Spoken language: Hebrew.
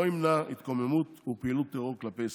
ימנע התקוממות ופעילות טרור כלפי ישראל?